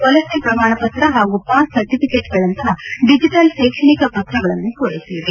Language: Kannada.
ವಲಸೆ ಪ್ರಮಾಣಪತ್ರ ಹಾಗೂ ಪಾಸ್ ಸರ್ಟಿಫಿಕೇಟ್ಗಳಂತಹ ಡಿಜಿಟಲ್ ಶೈಕ್ಷಣಿಕ ಪತ್ರಗಳನ್ನು ಪೂರೈಸಲಿದೆ